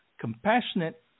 compassionate